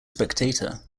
spectator